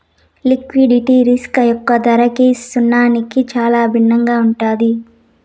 liquidity risk యొక్క ధరకి సున్నాకి చాలా భిన్నంగా ఉంటుంది